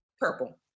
Purple